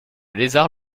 lézard